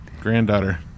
granddaughter